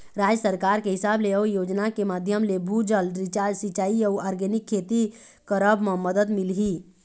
राज सरकार के हिसाब ले अउ योजना के माधियम ले, भू जल रिचार्ज, सिंचाई अउ आर्गेनिक खेती करब म मदद मिलही